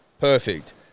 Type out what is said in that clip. Perfect